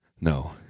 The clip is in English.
No